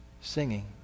singing